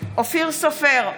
אופיר סופר,